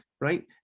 Right